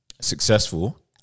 successful